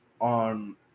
on